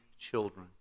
children